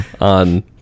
On